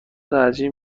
ترجیح